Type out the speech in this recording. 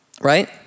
right